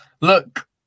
Look